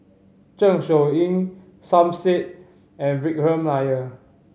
Zeng Shouyin Som Said and Vikram Nair